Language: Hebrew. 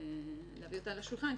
להביא אותה לשולחן,